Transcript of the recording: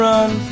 Run